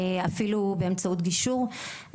אפילו באמצעות גישור,